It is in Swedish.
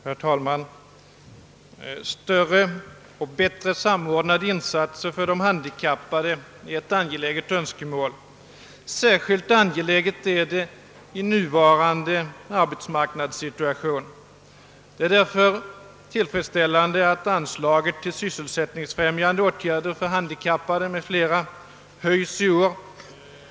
Herr talman! Större och bättre samordnade insatser för de handikappade är ett angeläget önskemål, särskilt i nuvarande arbetsmarknadssituation. Det är därför tillfredsställande att anslaget till vissa sysselsättningsfrämjande åtgärder för handikappade m.fl. i år höjs.